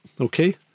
Okay